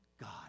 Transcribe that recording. God